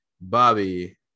Bobby